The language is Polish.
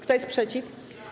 Kto jest przeciw?